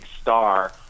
star